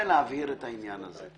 להבהיר את העניין הזה,